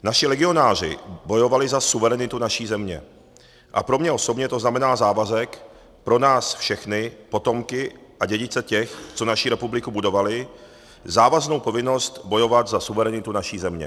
Naši legionáři bojovali za suverenitu naší země a pro mne osobně to znamená závazek pro nás všechny potomky a dědice těch, co naši republiku budovali, závaznou povinnost bojovat za suverenitu naší země.